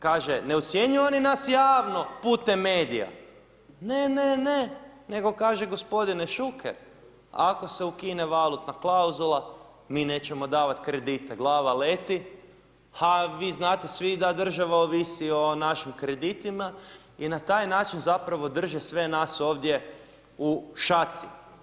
Kaže, ne ucjenjuju oni nas javno putem medija, ne, ne, ne, nego kaže gospodine Šuker ako se ukine valutna klauzula, mi nećemo davati kredite, glava leti, ha vi znate svi da država ovisi o našim kreditima i na taj način zapravo drže sve nas ovdje u šaci.